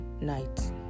night